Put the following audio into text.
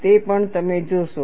તે પણ તમે જોશો